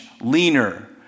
leaner